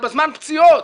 בזמן פציעות,